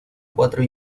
cuatro